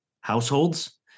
households